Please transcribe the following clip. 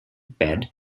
bed